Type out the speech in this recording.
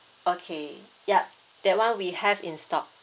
okay yup that [one] we have in stock